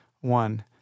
one